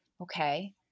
Okay